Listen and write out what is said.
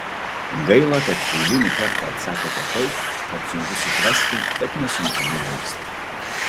gaila kad eilinį kartą atsakėte taip kad sunku suprasti bet nesunku nujausti